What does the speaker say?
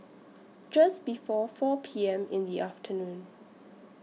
Just before four P M in The afternoon